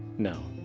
no.